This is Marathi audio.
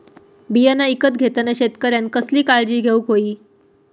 बियाणा ईकत घेताना शेतकऱ्यानं कसली काळजी घेऊक होई?